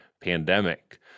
pandemic